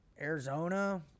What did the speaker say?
Arizona